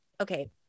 okay